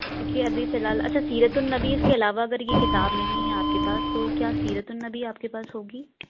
دیکھیے ابھی فی الحال اچھا سیرت النّبی اِس کے علاوہ اگر یہ کتاب نہیں ہے آپ کے پاس تو کیا سیرت النّبی آپ کے پاس ہوگی